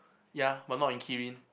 ya but not in Kirin